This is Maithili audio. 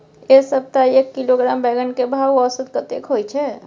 ऐ सप्ताह एक किलोग्राम बैंगन के भाव औसत कतेक होय छै?